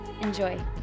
Enjoy